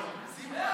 לא להוריד מסדר-היום,